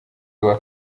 rwa